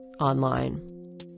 online